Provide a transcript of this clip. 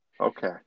Okay